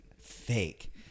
fake